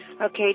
Okay